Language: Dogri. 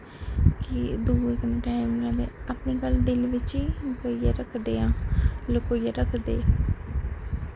कि दूऐ कन्नै टैम निं लैंदे अपनी गल्ल दिल बिच ई लकोइयै रक्खदे